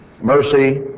mercy